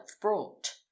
brought